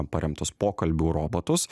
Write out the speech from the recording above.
paremtus pokalbių robotus